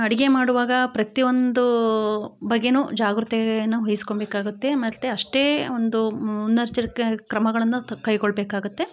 ಅಡುಗೆ ಮಾಡುವಾಗ ಪ್ರತಿ ಒಂದು ಬಗೆಯೂ ಜಾಗೃತೆಯನ್ನು ವಹಿಸ್ಕೊಳ್ಬೇಕಾಗುತ್ತೆ ಮತ್ತೆ ಅಷ್ಟೇ ಒಂದು ಮುನ್ನೆಚ್ಚರಿಕೆ ಕ್ರಮಗಳನ್ನು ತ ಕೈಗೊಳ್ಬೇಕಾಗುತ್ತೆ